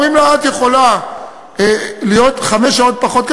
אומרים לה: את יכולה להיות חמש שעות פחות,